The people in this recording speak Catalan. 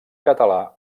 català